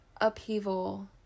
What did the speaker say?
upheaval